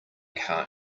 car